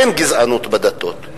אין גזענות בדתות.